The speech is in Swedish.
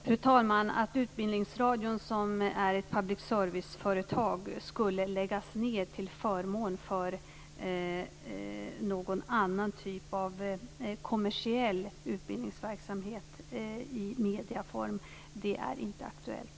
Fru talman! Att Utbildningsradion, som är ett public service-företag, skulle läggas ned till förmån för någon annan typ av kommersiell utbildningsverksamhet i mediaform är inte aktuellt.